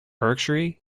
archery